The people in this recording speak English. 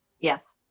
yes